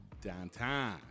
Downtown